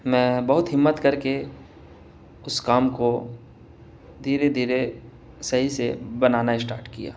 میں بہت ہمت کر کے اس کام کو دھیرے دھیرے صحیح سے بنانا اشٹارٹ کیا